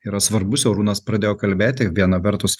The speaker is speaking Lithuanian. yra svarbus jau arūnas pradėjo kalbėti viena vertus